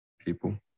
people